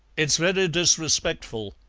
it's very disrespectful,